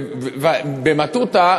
ובמטותא,